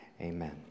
Amen